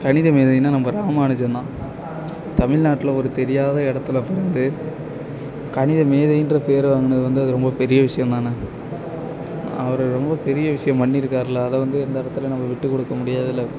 கணித மேதைனால் நம்ம ராமானுஜம் தான் தமிழ்நாட்டில் ஒரு தெரியாத இடத்துல பிறந்து கணித மேதைன்ற பேர் வாங்கினது வந்து அது ரொம்ப பெரிய விஷயந்தானே அவர் ரொம்ப பெரிய விஷயம் பண்ணிருக்கார்ல அதை வந்து இந்த இடத்துல நம்ம விட்டுக்கொடுக்க முடியாதுல்ல